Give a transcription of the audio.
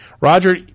Roger